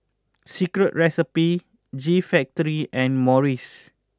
Secret Recipe G Factory and Morries